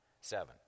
Seven